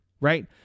right